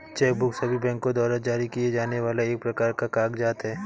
check book सभी बैंको द्वारा जारी किए जाने वाला एक प्रकार का कागज़ात है